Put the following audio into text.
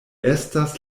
estas